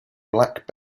black